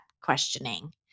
questioning